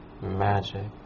Magic